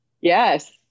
Yes